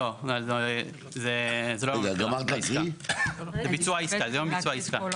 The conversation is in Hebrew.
זה יום ביצוע העסקה.